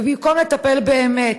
ובמקום לטפל, באמת,